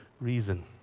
reason